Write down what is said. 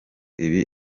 ibi